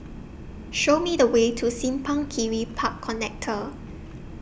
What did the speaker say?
Show Me The Way to Simpang Kiri Park Connector